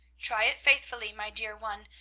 try it faithfully, my dear one,